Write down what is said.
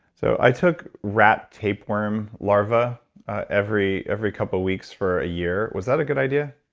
so i took rat tapeworm larvae every every couple of weeks for a year. was that a good idea?